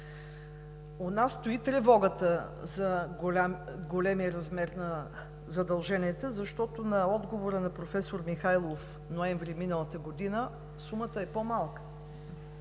у нас стои тревогата за големия размер на задълженията, защото в отговора на професор Михайлов през ноември миналата година сумата е по-малка.